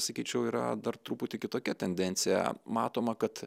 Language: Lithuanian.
sakyčiau yra dar truputį kitokia tendencija matoma kad